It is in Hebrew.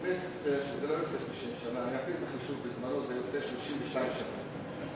ההצעה להעביר את הנושא לוועדת העבודה,